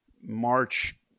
March